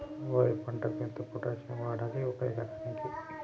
వరి పంటకు ఎంత పొటాషియం వాడాలి ఒక ఎకరానికి?